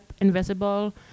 invisible